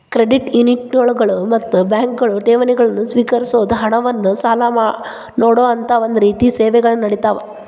credit ಯೂನಿಯನ್ಗಳು ಮತ್ತ ಬ್ಯಾಂಕ್ಗಳು ಠೇವಣಿಗಳನ್ನ ಸ್ವೇಕರಿಸೊದ್, ಹಣವನ್ನ್ ಸಾಲ ನೇಡೊಅಂತಾ ಒಂದ ರೇತಿ ಸೇವೆಗಳನ್ನ ನೇಡತಾವ